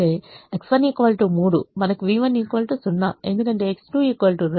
ఎందుకంటే X2 2